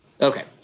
Okay